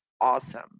awesome